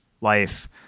life